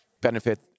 benefit